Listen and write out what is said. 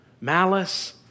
malice